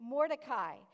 Mordecai